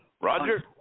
Roger